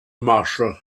marshall